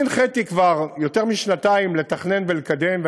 אני הנחיתי כבר לפני יותר משנתיים לתכנן ולקדם,